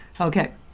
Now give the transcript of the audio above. Okay